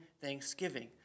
thanksgiving